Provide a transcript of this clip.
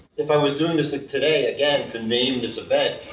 if i was doing this like today, again, to name this event,